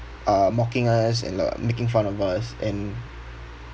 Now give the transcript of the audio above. uh mocking us and like making fun of us and